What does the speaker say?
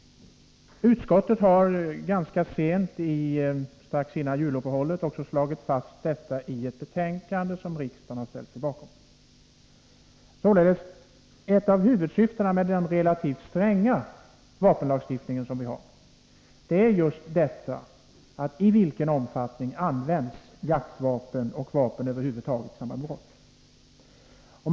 Utskottet slog fast detta i ett betänkande strax före juluppehållet, och riksdagen ställde sig bakom det. Således är ett av huvudsyftena med den relativt stränga vapenlagstiftningen i vårt land just att klarlägga i vilken omfattning jaktvapen eller vapen över huvud taget används i samband med brott.